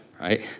right